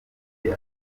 muri